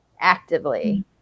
actively